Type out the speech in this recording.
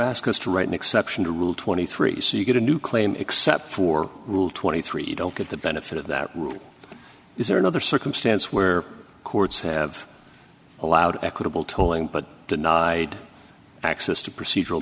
ask us to write an exception to rule twenty three so you get a new claim except for rule twenty three you don't get the benefit of that rule is there another circumstance where courts have allowed equitable tolling but denied access to procedural